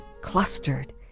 clustered